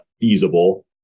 feasible